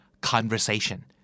conversation